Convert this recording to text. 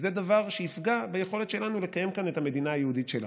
וזה דבר שיפגע ביכולת שלנו לקיים כאן את המדינה היהודית שלנו.